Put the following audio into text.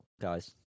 guys